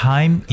Time